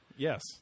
Yes